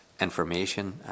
information